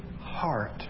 heart